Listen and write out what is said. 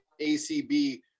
ACB